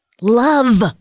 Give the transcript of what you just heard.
love